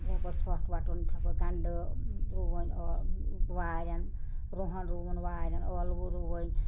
ژھۄٹھ وَٹُن گَنٛڈٕ رُوٕنۍ وارٮ۪ن رُہَن رُوُن وارٮ۪ن ٲلوٕ رُوُنۍ